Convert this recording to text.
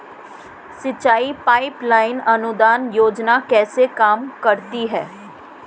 सिंचाई pipeline अनुदान योजना कैसे काम करती है?